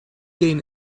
gain